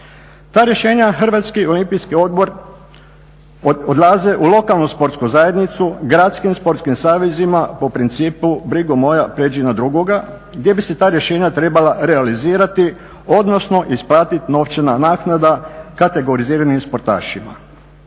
Ta rješenja Hrvatski olimpijski odbor odlaze u lokalnu sportsku zajednicu, gradskim sportskim savezima po principu "brigo moja, prijeđi na drugoga", gdje bi se ta rješenja trebala realizirati, odnosno isplatiti novčana naknada kategoriziranim sportašima.